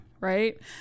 right